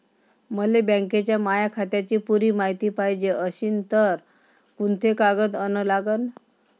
मले बँकेच्या माया खात्याची पुरी मायती पायजे अशील तर कुंते कागद अन लागन?